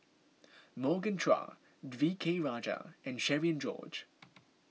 Morgan Chua V K Rajah and Cherian George